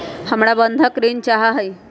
हमरा बंधक ऋण चाहा हई